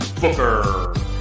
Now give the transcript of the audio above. Booker